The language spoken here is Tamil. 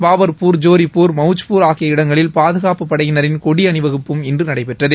பாபாபூர் ஜோரிபூர் மௌச்பூர் ஆகிய இடங்களில் பாதுணப்பு படையினரின் கொடி அணிவகுப்பு இன்று நடைபெற்றது